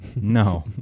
No